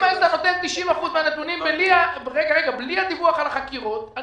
אם היית נותן 90% מהנתונים בלי דיווח על החקירות,